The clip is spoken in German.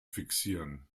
fixieren